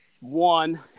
One